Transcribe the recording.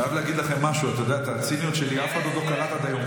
חייב להגיד לכם משהו: את הציניות שלי אף אחד עוד לא קלט עד היום.